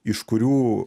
iš kurių